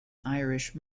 irish